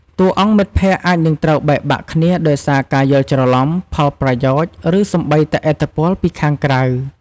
តួអង្គមិត្តភក្តិអាចនឹងត្រូវបែកបាក់គ្នាដោយសារការយល់ច្រឡំ ផលប្រយោជន៍ ឬសូម្បីតែឥទ្ធិពលពីខាងក្រៅ។